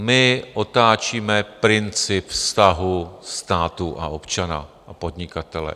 My otáčíme princip vztahu státu a občana a podnikatele.